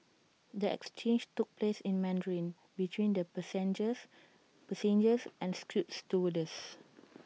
the exchange took place in Mandarin between the passenger and A scoot stewardess